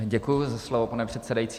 Děkuji za slovo, pane předsedající.